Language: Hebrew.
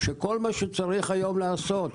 כשכל מה שצריך היום לעשות,